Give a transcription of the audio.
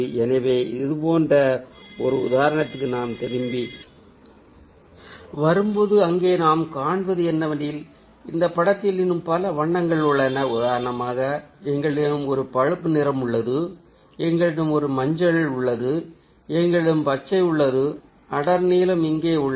எனவே இது போன்ற ஒரு உதாரணத்திற்கு நாம் திரும்பி வரும்போது அங்கே நாம் காண்பது என்னவெனில் இந்த படத்தில் இன்னும் பல வண்ணங்கள் உள்ளன உதாரணமாக எங்களிடம் ஒரு பழுப்பு நிறம் உள்ளது எங்களிடம் ஒரு மஞ்சள் உள்ளது எங்களிடம் பச்சை உள்ளது அடர் நீலம் இங்கே உள்ளது